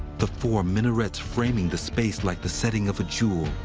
the four minarets framing the space like the setting of a jewel,